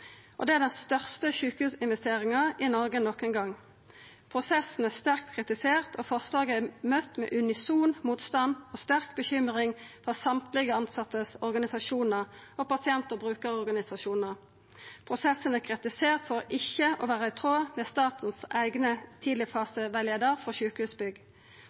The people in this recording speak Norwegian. fase. Det er den største sjukehusinvesteringa i Noreg nokon gong. Prosessen er sterkt kritisert, og forslaget er møtt med unison motstand og sterk bekymring frå alle tilsetteorganisasjonar og pasient- og brukarorganisasjonar. Prosessen er kritisert for ikkje å vera i tråd med staten sin eigen tidlegfaserettleiar for sjukehusbygg.